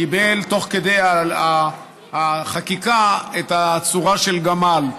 קיבל תוך כדי החקיקה את הצורה של גמל,